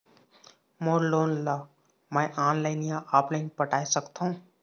मोर loan ला मैं online या ऑफलाइन पटाए सकथों?